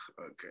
okay